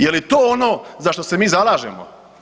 Je li to ono za što se mi zalažemo?